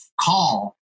call